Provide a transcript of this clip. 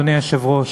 אדוני היושב-ראש: